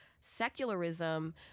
secularism